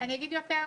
אני אגיד יותר מזה,